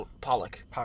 Pollock